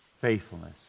faithfulness